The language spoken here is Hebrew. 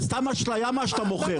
זה סתם אשליה מה שאתה מוכר.